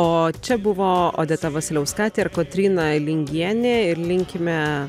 o čia buvo odeta vasiliauskatė ir kotryna lingienė ir linkime